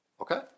okay